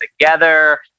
together